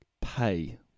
pay